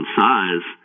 size